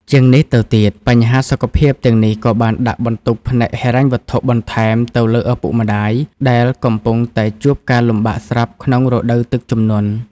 ជាងនេះទៅទៀត បញ្ហាសុខភាពទាំងនេះក៏បានដាក់បន្ទុកផ្នែកហិរញ្ញវត្ថុបន្ថែមទៅលើឪពុកម្តាយ ដែលកំពុងតែជួបការលំបាកស្រាប់ក្នុងរដូវទឹកជំនន់។